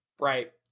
Right